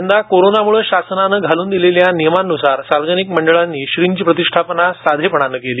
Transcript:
यंदा कोरोनामुळे शासनाने घालून दिलेल्या नियमानुसार सार्वजनिक मंडळांनी श्रींची प्रतिष्ठापना साधेपणाने केली